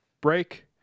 break